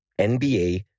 NBA